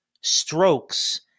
strokes